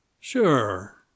Sure